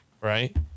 Right